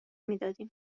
میدادیم